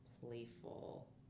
playful